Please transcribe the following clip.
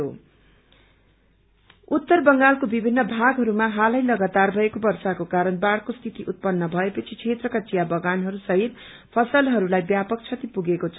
T damage उत्तर बंगालको विभिन्न भागहरूमा हालै लागातार भएको वर्षाको कारण बाढ़को स्थिति उत्पन्न भएपछि क्षेत्रका विया बगानहरू सहित फसलहरूलाई व्यापक क्षति पुगेको छ